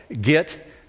get